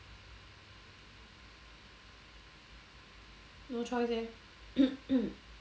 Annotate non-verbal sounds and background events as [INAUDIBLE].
no choice leh [COUGHS]